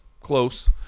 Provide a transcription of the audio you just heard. close